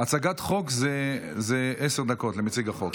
הצגת חוק זה עשר דקות למציג החוק.